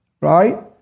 Right